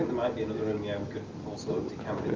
might be another room, yeah, we can all sort of decamp into.